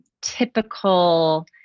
typical